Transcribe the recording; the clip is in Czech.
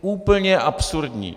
Úplně absurdní!